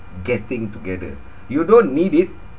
getting together you don't need it